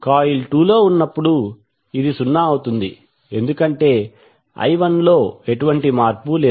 coil 2 లో ఉన్నప్పుడు ఇది సున్నా అవుతుంది ఎందుకంటే I 1 లో ఎటువంటి మార్పు లేదు